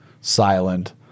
silent